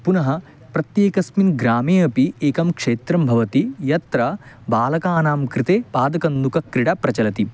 पुनः प्रत्येकस्मिन् ग्रामे अपि एकं क्षेत्रं भवति यत्र बालकानां कृते पादकन्दुकक्रिडा प्रचलति